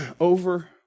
Over